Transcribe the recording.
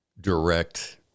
direct